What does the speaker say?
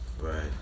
Right